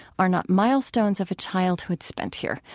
are not milestones of a childhood spent here,